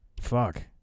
Fuck